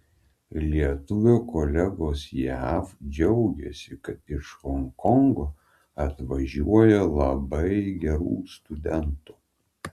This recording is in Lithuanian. lietuvio kolegos jav džiaugiasi kad iš honkongo atvažiuoja labai gerų studentų